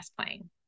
playing